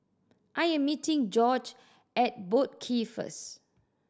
I am meeting Gorge at Boat Quay first